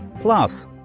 Plus